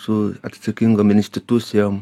su atsakingom institucijom